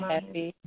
Happy